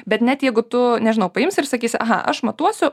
bet net jeigu tu nežinau paimsi ir sakysi aha aš matuosiu